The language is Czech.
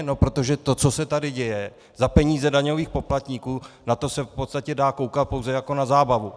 No protože to, co se tady děje za peníze daňových poplatníků, na to se v podstatě dá koukat pouze jako na zábavu.